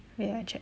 wait I check